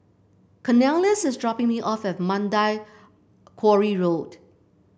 Cornelious is dropping me off at Mandai Quarry Road